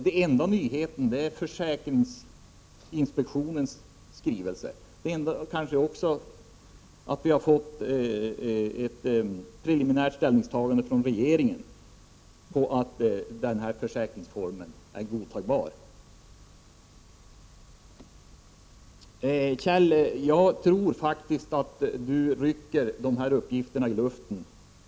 Den enda nyheten är försäkringsinspektionens skrivelse och kanske också det preliminära ställningstagandet från regeringen om att den här försäkringsformen är godtagbar. Till Kjell Ericsson vill jag säga att jag tror att han griper sina uppgifter ur luften.